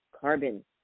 carbon